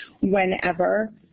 whenever